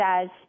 says